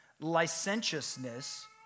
licentiousness